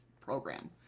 Program